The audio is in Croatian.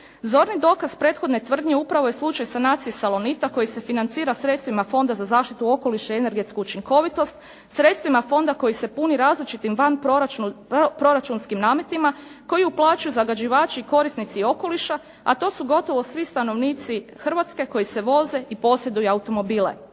Zorni dokaz prethodne tvrdnje upravo je slučaj sanacije "Salonita" koji se financira sredstvima Fonda za zaštitu okoliša i energetsku učinkovitost, sredstvima fonda koji se puni različitim vanproračunskim nametima, koji uplaćuju zagađivači i korisnici okoliša, a to su gotovo svi stanovnici Hrvatske koji se voze i posjeduju automobile.